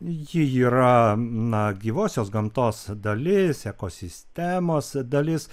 ji yra na gyvosios gamtos dalis ekosistemos dalis